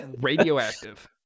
Radioactive